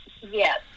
Yes